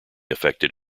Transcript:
affected